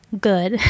good